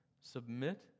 submit